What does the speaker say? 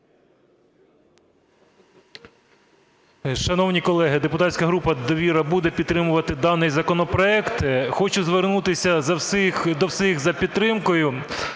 Дякую.